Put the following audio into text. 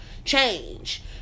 change